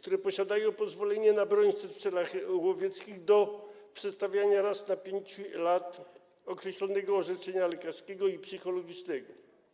które posiadają pozwolenie na broń w celach łowieckich, do przedstawiania raz na 5 lat określonego orzeczenia lekarskiego i psychologicznego.